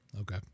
okay